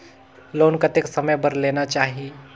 Loan कतेक समय बर लेना चाही?